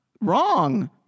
wrong